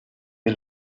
que